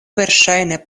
verŝajne